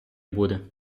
буде